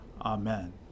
Amen